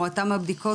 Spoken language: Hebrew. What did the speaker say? או אותם בדיקות,